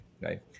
right